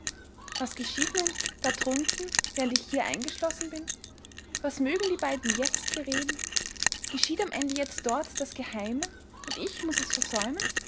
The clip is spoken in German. was geschieht nun da drunten während ich hier eingeschlossen bin was mögen die beiden jetzt bereden geschieht am ende jetzt dort das geheime und ich muß es versäumen